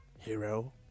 hero